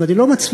ואני לא מצליח,